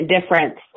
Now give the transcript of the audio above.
difference